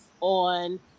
on